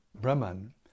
Brahman